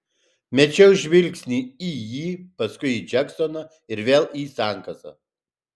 mečiau žvilgsnį į jį paskui į džeksoną ir vėl į sankasą